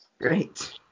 Great